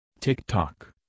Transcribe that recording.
TikTok